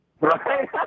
Right